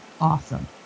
awesome